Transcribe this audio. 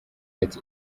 ati